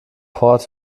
port